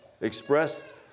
expressed